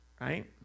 right